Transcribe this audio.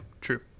true